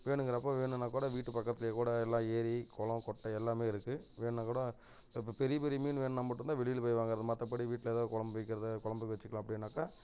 வேணுங்கிறப்ப வேணுன்னால்கூட வீட்டு பக்கத்திலேயே கூட எல்லாம் ஏரி குளம் குட்டை எல்லாமே இருக்குது வேணுன்னால்கூட இப்போ பெரிய பெரிய மீன் வேணும் நம்மட்டருந்தால் வெளியில் போய் வாங்கிறது மற்றபடி வீட்டில் எதாவது குழம்பு வைக்கிறது குழம்புக்கு வச்சுக்கலாம் அப்படின்னாக்கா